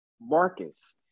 Marcus